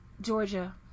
Georgia